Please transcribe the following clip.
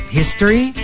history